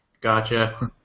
Gotcha